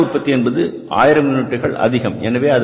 உண்மையான உற்பத்தி என்பது 1000 யூனிட்டுகள் அதிகம்